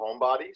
homebodies